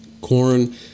Corn